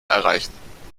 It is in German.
erreichen